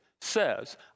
says